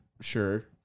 Sure